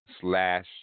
Slash